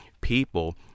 people